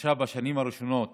שהתרחשה בשנים הראשונות